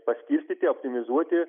paskirstyti optimizuoti